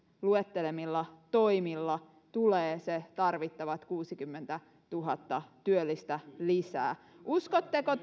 luettelemilla toimilla tulee se tarvittavat kuusikymmentätuhatta työllistä lisää uskotteko